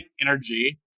energy